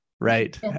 right